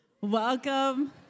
welcome